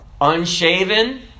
Unshaven